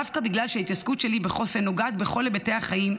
דווקא בגלל שההתעסקות שלי בחוסן נוגעת בכל היבטי החיים,